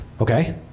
okay